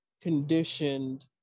conditioned